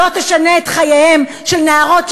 לא ישנו את חייהן של נערות,